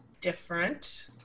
different